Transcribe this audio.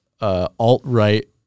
alt-right